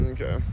Okay